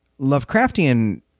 Lovecraftian